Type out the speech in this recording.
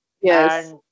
Yes